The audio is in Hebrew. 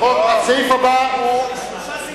יש שלושה סעיפים,